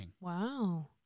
Wow